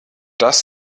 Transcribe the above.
das